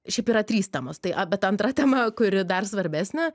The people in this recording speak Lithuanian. šiaip yra trys temos tai a bet antra tema kuri dar svarbesnė